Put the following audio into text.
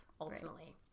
ultimately